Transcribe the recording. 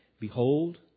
Behold